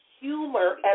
humor